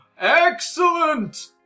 Excellent